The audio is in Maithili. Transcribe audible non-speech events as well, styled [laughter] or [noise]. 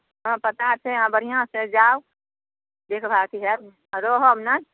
हँ पता छै अहाँ बढ़िआँ से जाउ [unintelligible] होयब आ रहब ने